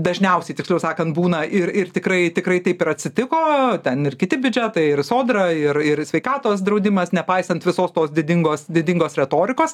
dažniausiai tiksliau sakan būna ir ir tikrai tikrai taip ir atsitiko ten ir kiti biudžetai ir sodra ir ir sveikatos draudimas nepaisant visos tos didingos didingos retorikos